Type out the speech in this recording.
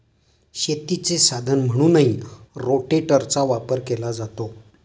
शेतीचे साधन म्हणूनही रोटेटरचा वापर केला जातो